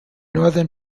northern